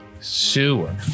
Sewer